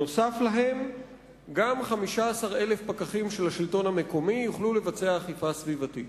גם 15,000 פקחים של השלטון המקומי יוכלו לבצע אכיפה סביבתית.